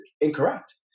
incorrect